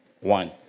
One